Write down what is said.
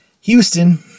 Houston